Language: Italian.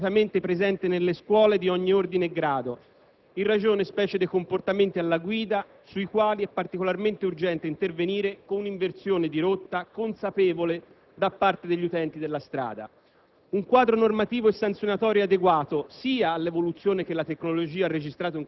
una prevenzione e un'educazione stradale particolarmente rivolta ai giovani e segnatamente presente nelle scuole di ogni ordine grado in ragione specie dei comportamenti alla guida sui quali è particolarmente urgente intervenire con un'inversione di rotta consapevole da parte degli utenti della strada;